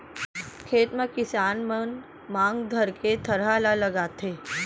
खेत म किसान मन मांग धरके थरहा ल लगाथें